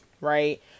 right